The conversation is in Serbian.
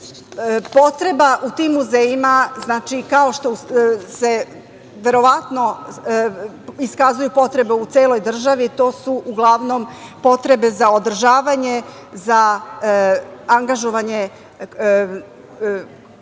potreba u tim muzejima, kao što se verovatno iskazuju potrebe u celoj državi, to su uglavnom potrebe za održavanje, za angažovanje